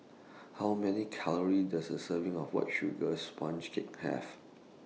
How Many Calories Does A Serving of White Sugar Sponge Cake Have